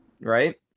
right